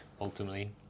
ultimately